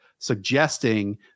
suggesting